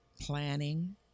planning